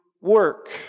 work